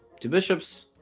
two bishops